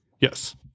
yes